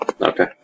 Okay